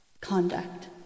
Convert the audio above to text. conduct